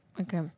Okay